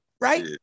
right